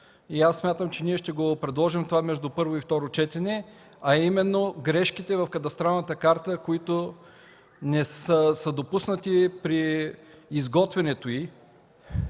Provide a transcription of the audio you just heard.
аз смятам, че ще го предложим между първо и второ четене, а именно за грешките в кадастралната карта, които са допуснати при изготвянето й.